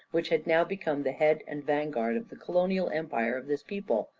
which had now become the head and vanguard of the colonial empire of this people,